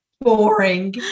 boring